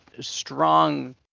strong